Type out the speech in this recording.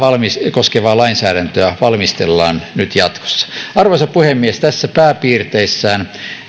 koskevaa lainsäädäntöä valmistellaan jatkossa arvoisa puhemies tässä pääpiirteissään